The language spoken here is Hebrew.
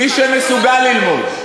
מי שמסוגל ללמוד,